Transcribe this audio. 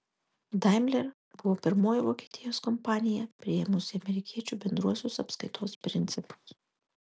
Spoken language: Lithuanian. daimler buvo pirmoji vokietijos kompanija priėmusi amerikiečių bendruosius apskaitos principus